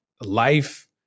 life